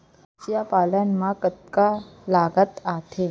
मतस्य पालन मा कतका लागत आथे?